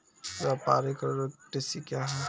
व्यापारिक कृषि क्या हैं?